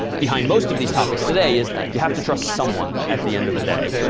behind most of these topics today is you have to trust someone at the end of the day.